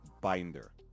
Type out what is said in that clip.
binder